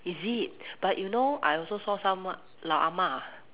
is it but you know I also saw some 老 ah-ma